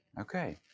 Okay